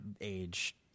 age